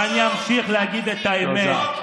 ואני אמשיך להגיד את האמת.